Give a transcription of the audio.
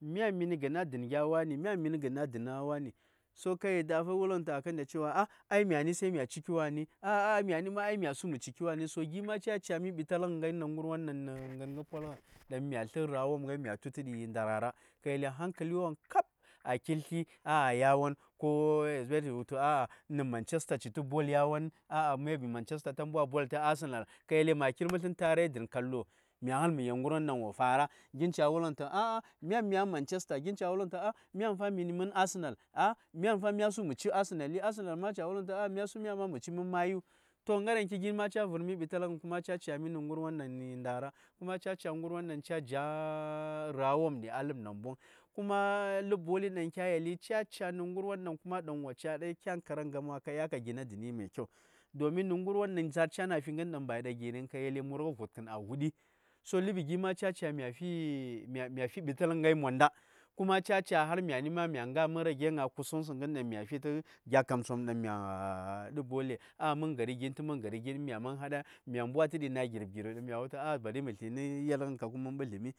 məni njin a dən gya wani kada fa wuliŋ tu a mən a maa ni ma sai ciki wani kayi dafa wuliŋhi to mi gha nis ai migha ciki. Ya gyabtu Manchester ko Manchester Arsenal ta duu bol kya yali mah thi mə th tsinni. Ka mə tara dən yaliŋn yir miah yal ŋərwon da wofara gin ca wultu mini gin a Manchester yin caa wulŋn tu mən ma mini mən Arsenal miahn mia su mi ciki min Arsenal min Arsenal sai mah ciki wani Manchester gin yini ndara kuma ca: ca: njah riwondi a lip namboŋ lip bolin ɗaŋ kya yali ni ŋiuwon wo ca’a kyan tə gamma kə ɗya ka ndər dəni ndara ni ŋərwon ɗaŋ za:r cha na fi ŋərwon ɗaŋ ba yi gərin murnyi vutkenes wo vutdi a lep gyima cá: cà mə ndər ŋn ghai mani ma mə ŋyar mə panyi kusunsu ŋin da ma fi tə gya kamtsənon ɗaŋ miah duu boles.